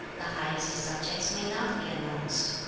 the highest subjects may not be announced